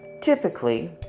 Typically